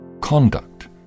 Conduct